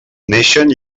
naixen